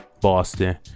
boston